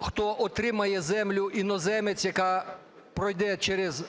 хто отримає землю, іноземець, яка пройде через